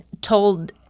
told